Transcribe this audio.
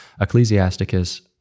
ecclesiasticus